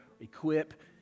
equip